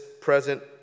present